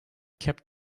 kept